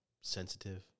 sensitive